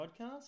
podcast